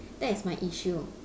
that is my issue